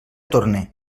torne